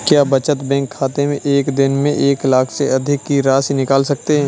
क्या बचत बैंक खाते से एक दिन में एक लाख से अधिक की राशि निकाल सकते हैं?